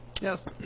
Yes